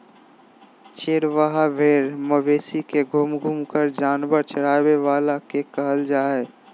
चरवाहा भेड़ मवेशी के घूम घूम जानवर चराबे वाला के कहल जा हइ